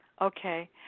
Okay